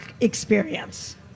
Experience